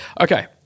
Okay